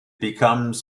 becomes